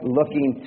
looking